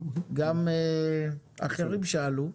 גם אחרים שאלו.